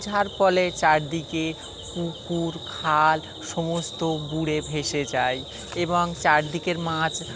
যার ফলে চারদিকে পুকুর খাল সমস্ত পুরো ভেসে যায় এবং চারদিকের মাছ